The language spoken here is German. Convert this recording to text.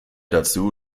dazu